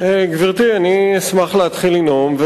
גברתי, אני אשמח להתחיל לנאום.